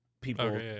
People